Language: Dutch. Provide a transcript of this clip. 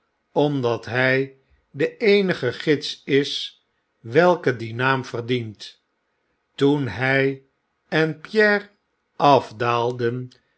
omdat hy de eenige gids is welke dien naam verdient toen hfl en pierre afdaalden